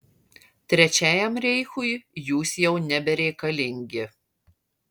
trečiajam reichui jūs jau nebereikalingi